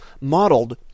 modeled